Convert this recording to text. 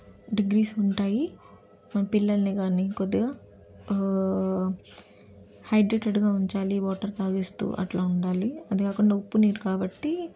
degrees ఉంటాయి మన పిల్లల్ని కానీ కొద్దిగా హైడ్రేటెడ్గా ఉంచాలి వాటర్ తాగిస్తు అట్లా ఉండాలి అది కాకుండా ఉప్పు నీరు కాబట్టి